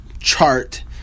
chart